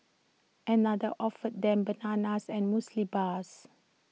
another offered them bananas and Muesli Bars